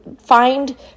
Find